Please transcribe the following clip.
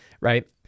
right